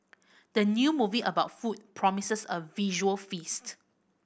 the new movie about food promises a visual feast